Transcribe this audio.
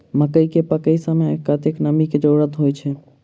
मकई केँ पकै समय मे कतेक नमी केँ जरूरत होइ छै?